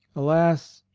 alas!